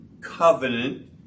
Covenant